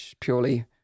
purely